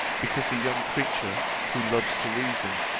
because a young creature who loves to reason,